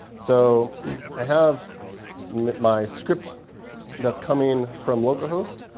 so i have my script that's coming from local host.